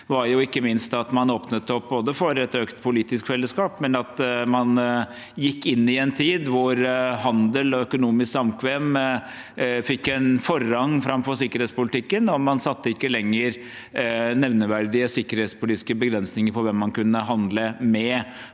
var ikke minst at man åpnet opp for et økt politisk fellesskap. Man gikk inn i en tid hvor handel og økonomisk samkvem fikk en forrang framfor sikkerhetspolitikken. Man satte ikke lenger nevneverdige sikkerhetspolitiske begrensninger for hvem man kunne handle med.